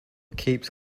keeps